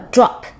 Drop